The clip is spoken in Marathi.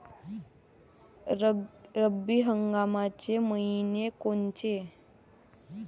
रब्बी हंगामाचे मइने कोनचे?